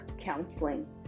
counseling